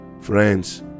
Friends